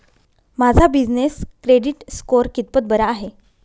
माझा business credit score कितपत बरा आहे?